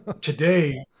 today